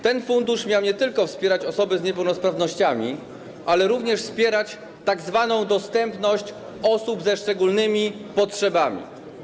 Ten fundusz miał nie tylko wspierać osoby z niepełnosprawnościami, ale również wspierać tzw. dostępność osób ze szczególnymi potrzebami.